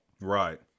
Right